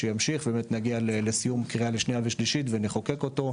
שימשיך ובאמת נגיע לסיום לקריאה שנייה ושלישית ונחוקק אותו.